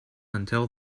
until